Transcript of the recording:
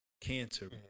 cancer